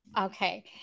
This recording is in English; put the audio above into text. Okay